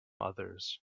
others